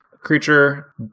creature